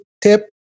tip